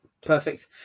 perfect